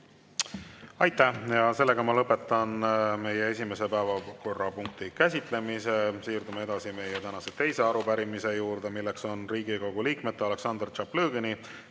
Aitäh! Ma lõpetan meie esimese päevakorrapunkti käsitlemise. Siirdume edasi meie tänase teise arupärimise juurde. See on Riigikogu liikmete Aleksandr Tšaplõgini